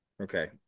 Okay